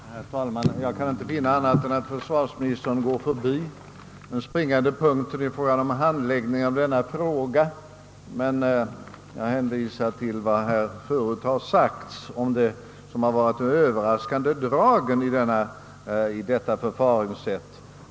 Herr talman! Jag kan inte se annat än att försvarsministern går förbi den springande punkten i fråga om handläggningen av denna sak. Jag hänvisar till vad som har sagts här tidigare om det överraskande draget i förfaringssättet.